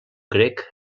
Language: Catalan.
grec